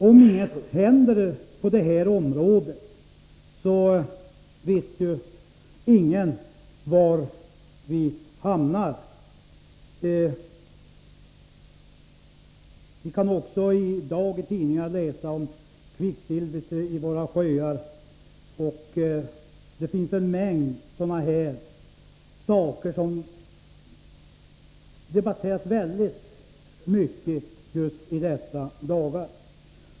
Om inget händer på detta område vet ingen var vi hamnar. Vi kan i dag i tidningarna också läsa om kvicksilvret i våra sjöar. Det finns en mängd sådana här problem som debatteras mycket just i dessa dagar.